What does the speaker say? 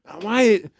Why-